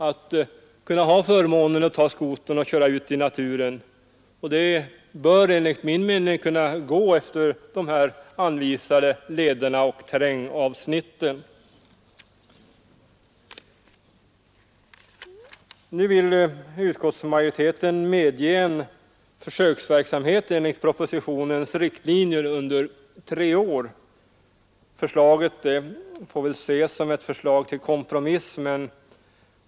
De bör ha förmånen att kunna ta skotern och köra ut i naturen, ansåg han, och det bör enligt min mening gå för sig i anvisade leder och terrängavsnitt. Nu vill utskottsmajoriteten medge en försöksverksamhet i tre år enligt propositionens riktlinjer. Förslaget får väl ses som en kompromiss.